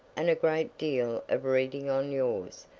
and a great deal of reading on yours,